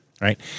right